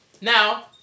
Now